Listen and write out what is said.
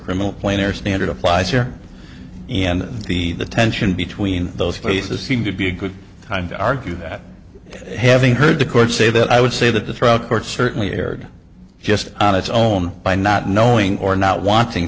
criminal plan or standard applies here and the tension between those places seem to be a good time to argue that having heard the court say that i would say that the trial court certainly erred just on its own by not knowing or not wanting